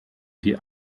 die